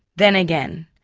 then again,